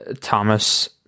Thomas